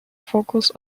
focus